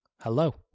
hello